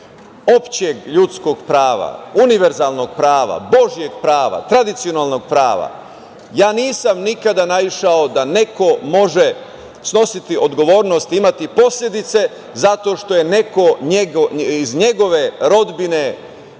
opšteg ljudskog prava, univerzalnog prava, božijeg prava, tradicionalnog prava? Nikada nisam naišao da neko može snositi odgovornost i imati posledice zato što je neko iz njegove rodbine